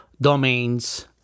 domains